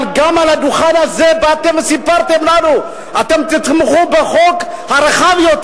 אבל גם על הדוכן הזה באתם וסיפרתם לנו שאתם תתמכו בחוק הרחב יותר,